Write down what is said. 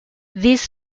this